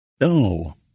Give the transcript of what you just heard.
No